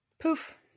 Poof